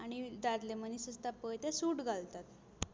आनी दादले मनीस आसता पळय ते सूट घालतात